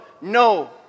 no